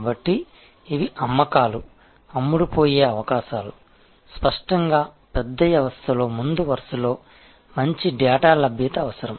కాబట్టి ఇవి అమ్మకాలు అమ్ముడుపోయే అవకాశాలు స్పష్టంగా పెద్ద వ్యవస్థలో ముందు వరుసలో మంచి డేటా లభ్యత అవసరం